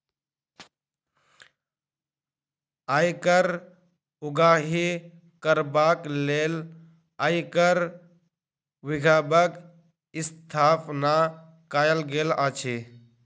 आयकर उगाही करबाक लेल आयकर विभागक स्थापना कयल गेल अछि